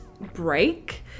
break